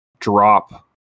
drop